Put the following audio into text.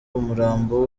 umurambo